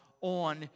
on